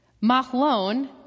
Mahlon